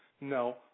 no